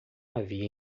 havia